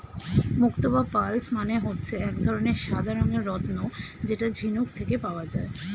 মুক্তো বা পার্লস মানে হচ্ছে এক ধরনের সাদা রঙের রত্ন যেটা ঝিনুক থেকে পাওয়া যায়